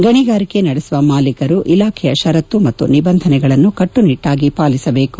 ಗಣಿಗಾರಿಕೆ ನಡೆಸುವ ಮಾಲೀಕರು ಇಲಾಖೆಯ ಷರತ್ತು ಮತ್ತು ನಿಬಂಧನೆಗಳನ್ನು ಕಟ್ಪುನಿಟ್ಸಾಗಿ ಪಾಲಿಸಬೇಕು